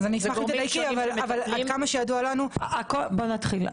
בוא נתחיל,